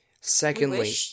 Secondly